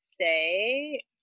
say